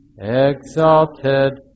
exalted